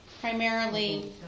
primarily